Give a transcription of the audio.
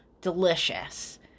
Delicious